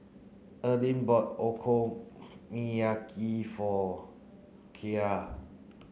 Eryn bought Okonomiyaki for Kyra